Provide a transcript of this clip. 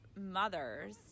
mothers